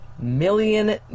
million